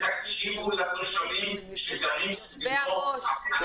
90 אחוזים מהתושבים שגרים סביבו רוצים בכך.